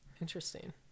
Interesting